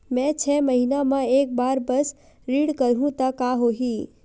मैं छै महीना म एक बार बस ऋण करहु त का होही?